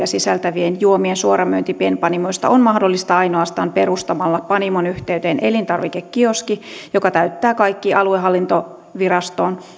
sisältävien juomien suoramyynti pienpanimoista on mahdollista ainoastaan perustamalla panimon yhteyteen elintarvikekioski joka täyttää kaikki aluehallintoviraston